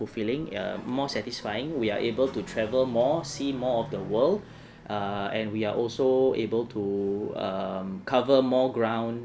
fulfilling err more satisfying we're able to travel more see more of the world err and we are also able to um cover more ground